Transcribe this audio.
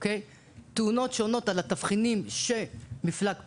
תאונות שעונות על התבחינים שמפלג "פלס"